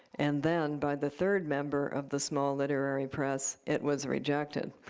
and then by the third member of the small literary press, it was rejected.